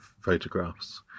photographs